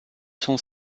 cent